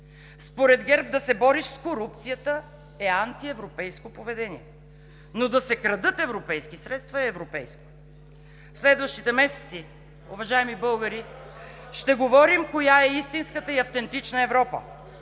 Според ГЕРБ да се бориш с корупцията е антиевропейско поведение, но да се крадат европейски средства е европейско. В следващите месеци, уважаеми българи, ще говорим коя е истинската и автентична Европа